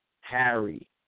Harry